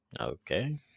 okay